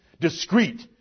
discreet